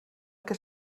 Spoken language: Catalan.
que